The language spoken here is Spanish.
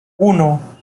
uno